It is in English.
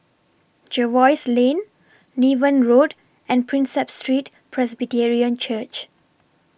Jervois Lane Niven Road and Prinsep Street Presbyterian Church